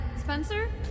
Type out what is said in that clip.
Spencer